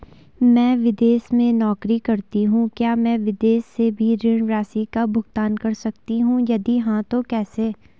मैं विदेश में नौकरी करतीं हूँ क्या मैं विदेश से भी ऋण राशि का भुगतान कर सकती हूँ यदि हाँ तो कैसे?